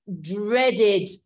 dreaded